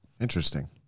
Interesting